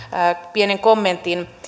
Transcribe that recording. pienen kommentin